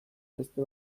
beste